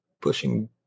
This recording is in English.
Pushing